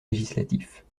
législatifs